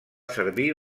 servir